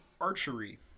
archery